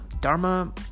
Dharma